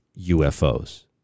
UFOs